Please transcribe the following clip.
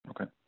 Okay